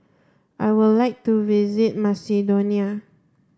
I would like to visit Macedonia